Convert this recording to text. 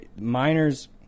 miners